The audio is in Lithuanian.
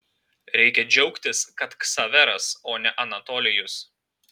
reikia džiaugtis kad ksaveras o ne anatolijus